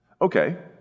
Okay